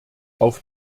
auf